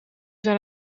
zijn